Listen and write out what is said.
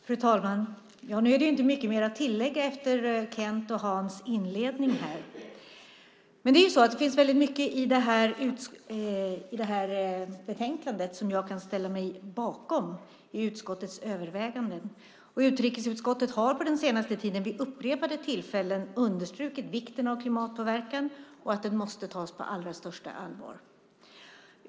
Fru talman! Nu finns det inte mycket mer att tillägga efter Kents och Hans inledning här. Det finns väldigt mycket i utskottets överväganden i det här betänkandet som jag kan ställa mig bakom. Utrikesutskottet har på den senaste tiden vid upprepade tillfällen understrukit vikten av klimatpåverkan och att den måste tas på allra största allvar.